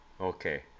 Okay